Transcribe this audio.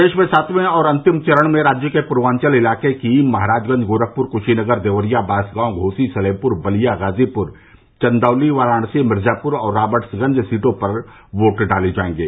प्रदेश में सातवें और अंतिम चरण में राज्य के पूर्वाचल इलाके की महाराजगंज गोरखपुर कुशीनगर देवरिया बांसगांव घोसी सालेमप्र बलिया गाजीप्र चंदौली वाराणसी मिर्जाप्र और रॉबर्टगंज सीटों पर वोट डाले जायेंगे